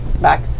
back